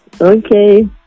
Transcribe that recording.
Okay